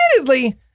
Admittedly